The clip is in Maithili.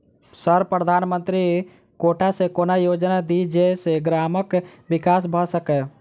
सर प्रधानमंत्री कोटा सऽ कोनो योजना दिय जै सऽ ग्रामक विकास भऽ सकै?